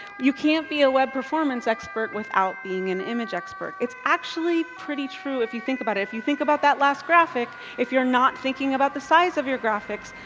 you can't be a web performance expert without being an image expert. it's actually pretty true if you think about it. if you think about that last graphic, if you're not thinking about the size of your graphics,